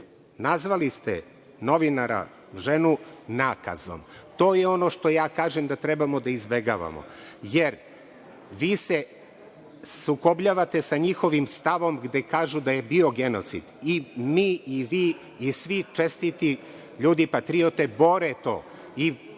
Nazvali ste novinara ženu nakazom. To je ono što ja kažem da trebamo da izbegavamo, jer vi se sukobljavate sa njihovim stavom gde kažu da je bio genocid. I mi i vi i svi čestiti ljudi patriote bore to.